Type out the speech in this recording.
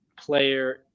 player